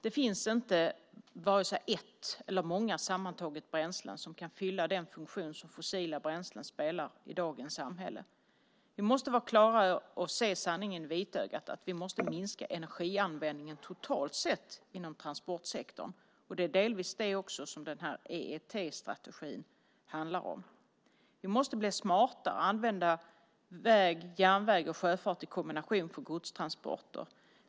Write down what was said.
Det finns varken ett bränsle eller många bränslen sammantagna som kan fylla den funktion som fossila bränslen spelar i dagens samhälle. Vi måste vara klara över det och se sanningen i vitögat. Vi måste minska energianvändningen totalt sett inom transportsektorn. Det är delvis också det som EET-strategin handlar om. Vi måste bli smartare och använda väg, järnväg och sjöfart i kombination för godstransporter.